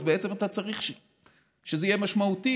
אז בעצם אתה צריך שזה יהיה משמעותי: